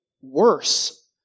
worse